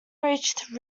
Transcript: reached